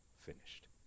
finished